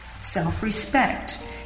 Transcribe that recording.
Self-respect